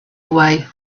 away